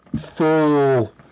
full